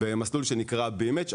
במסלול שנקרא B-Match.